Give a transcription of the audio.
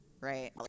right